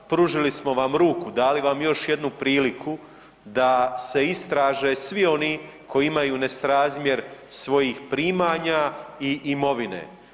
Pružili smo vam ruku, dali vam još jednu priliku da se istraže svi oni koji imaju nesrazmjer svojih primanja i imovine.